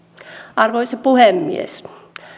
arvoisa puhemies